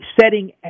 setting